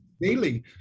daily